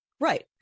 Right